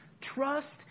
trust